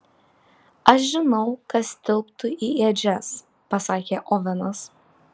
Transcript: aš žinau kas tilptu į ėdžias pasakė ovenas